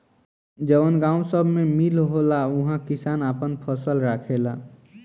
जवन गावं सभ मे मील होला उहा किसान आपन फसल राखेला